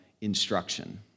instruction